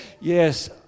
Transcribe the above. yes